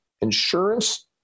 Insurance